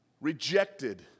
rejected